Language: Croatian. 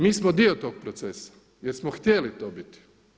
Mi smo dio tog procesa jer smo htjeli to biti.